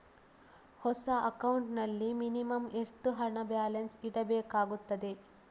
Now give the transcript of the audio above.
ಹೊಸ ಅಕೌಂಟ್ ನಲ್ಲಿ ಮಿನಿಮಂ ಎಷ್ಟು ಹಣ ಬ್ಯಾಲೆನ್ಸ್ ಇಡಬೇಕಾಗುತ್ತದೆ?